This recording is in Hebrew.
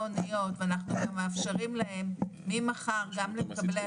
ההוניות ואנחנו מאפשרים להם ממחר לקבל,